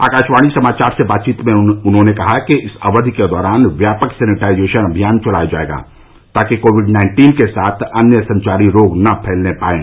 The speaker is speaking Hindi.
आकाशवाणी समाचार से बातचीत में उन्होंने कहा कि इस अवधि के दौरान व्यापक सेनिटाइजेशन अभियान चलाया जायेगा ताकि कोविड नाइन्टीन के साथ अन्य संचारी रोग न फैलने पाएं